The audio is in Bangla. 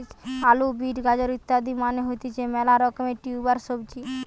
আলু, বিট, গাজর ইত্যাদি মানে হতিছে মেলা রকমের টিউবার সবজি